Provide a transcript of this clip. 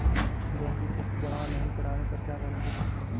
Loan की किश्त जमा नहीं कराने पर क्या पेनल्टी लगती है?